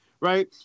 right